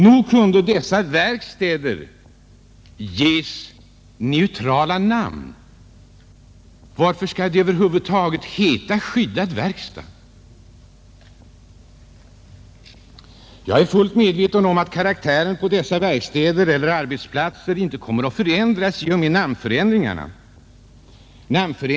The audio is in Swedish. Nog kunde dessa verkstäder ges neutrala namn. Varför skall det över huvud taget heta skyddad verkstad? Jag är fullt medveten om att karaktären på dessa arbetsplatser inte kommer att förändras i och med ett namnbyte.